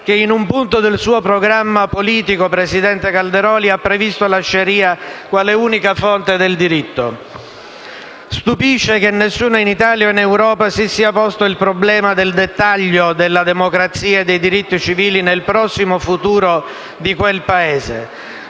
che in un punto del suo programma politico, presidente Calderoli, ha previsto la *shari'a* quale unica fonte del diritto. Stupisce che nessuno in Italia o in Europa si sia posto il problema del dettaglio della democrazia e dei diritti civili nel prossimo futuro di quel Paese.